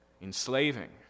enslaving